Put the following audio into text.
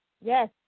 Yes